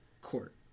court